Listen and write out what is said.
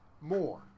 more